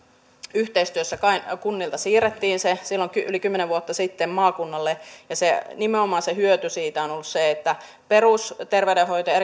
yhteistyössä kunnilta siirrettiin ne silloin yli kymmenen vuotta sitten maakunnalle ja nimenomaan se hyöty siitä on ollut se että perusterveydenhoito ja